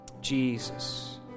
Jesus